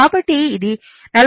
కాబట్టి ఇది 43